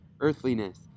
earthliness